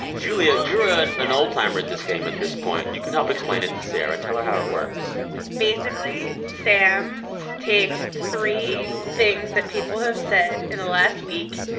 julia, you're an old timer at this game at this point. you can help explain it to sarah. tell her how it works basically, sam takes three things that people have said in the last week.